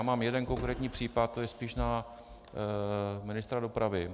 Mám jeden konkrétní případ, je to spíš na ministra dopravy.